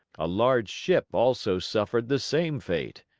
a large ship also suffered the same fate.